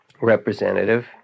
representative